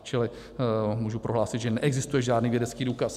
Čili můžu prohlásit, že neexistuje žádný vědecký důkaz.